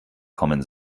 kommen